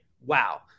Wow